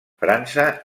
frança